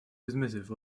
dismissive